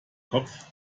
kopf